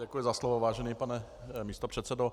Děkuji za slovo, vážený pane místopředsedo.